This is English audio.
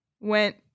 went